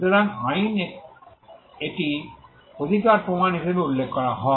সুতরাং আইন এটি অধিকার প্রমাণ হিসাবে উল্লেখ করা হয়